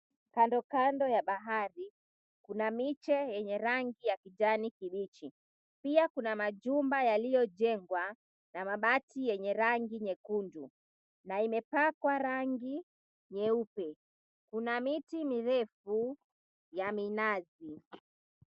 Kando kando ya bahari kuna miche yenye rangi ya kijani kibichi. Pia kuna majumba yaliyojengwa na mabati yenye rangi nyekundu na imepakwa rangi nyeupe. Kuna miti mirefu ya minazi.